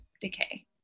decay